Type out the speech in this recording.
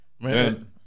Man